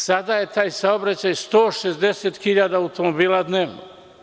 Sada je taj saobraćaj 160.000 automobila dnevno.